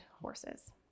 horses